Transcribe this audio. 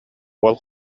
уол